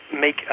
make